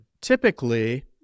Typically